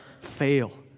fail